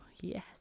yes